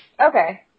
Okay